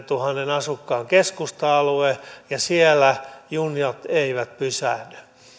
asukkaan keskusta alue ja siellä junat eivät pysähdy